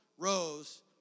Rose